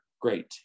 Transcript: great